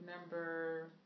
number